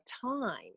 time